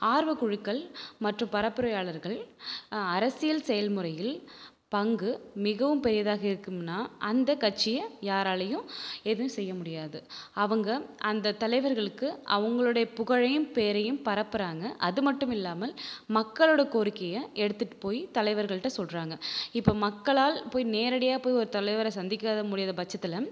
ஆர்வக்குழுக்கள் மற்றும் பரப்புரையாளர்கள் அரசியல் செயல் முறையில் பங்கு மிகவும் பெரியதாக இருக்கும்னா அந்த கட்சியை யாராலையும் எதுவும் செய்ய முடியாது அவங்க அந்த தலைவர்களுக்கு அவங்களுடைய புகழையும் பேரையும் பரப்புறாங்க அது மட்டும் இல்லாமல் மக்களோட கோரிக்கையை எடுத்துகிட்டு போய் தலைவர்கள்கிட்ட சொல்லுறாங்க இப்போ மக்களால் போய் நேரடியாக போய் ஒரு தலைவரை சந்திக்க முடியாத பட்சத்தில்